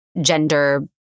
gender